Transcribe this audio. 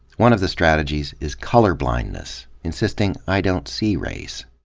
one of the strategies is colorblindness insisting, i don't see race.